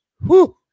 whoo